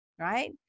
right